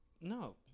No